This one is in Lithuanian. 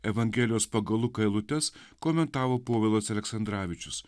evangelijos pagal luką eilutes komentavo povilas aleksandravičius